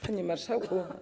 Panie Marszałku!